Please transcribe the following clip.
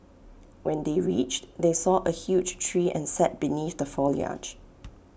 when they reached they saw A huge tree and sat beneath the foliage